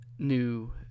new